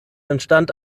entstand